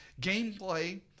Gameplay